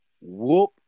whoop